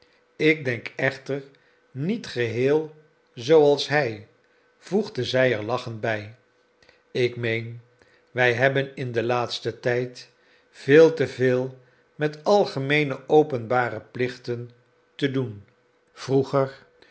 ik denk echter niet geheel zooals hij voegde zij er lachend bij ik meen wij hebben in den laatsten tijd veel te veel met algemeene openbare plichten te doen vroeger